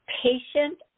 patient